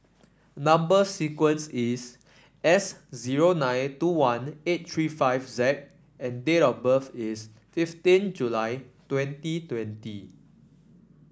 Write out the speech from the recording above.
number sequence is S zero nine two one eight three five Z and date of birth is fifteen July twenty twenty